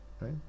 right